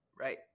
Right